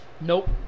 Nope